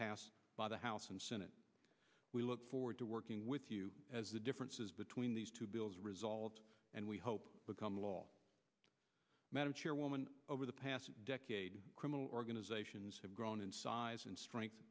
passed by the house and senate we look forward to working with you as the differences between these two bills result and we hope become law madam chairwoman over the past decade criminal organizations have grown in size and strength